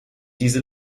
diese